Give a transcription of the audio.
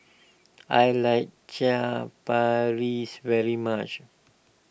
I like Chaat Paris very much